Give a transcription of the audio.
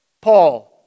Paul